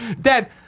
Dad